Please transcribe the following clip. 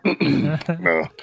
No